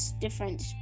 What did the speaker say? different